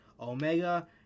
Omega